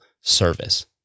service